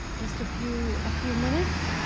just a few few minutes.